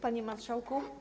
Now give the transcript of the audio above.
Panie Marszałku!